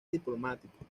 diplomático